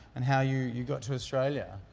and how you you got to australia.